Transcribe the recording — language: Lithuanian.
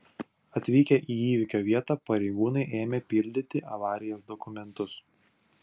atvykę į įvykio vietą pareigūnai ėmė pildyti avarijos dokumentus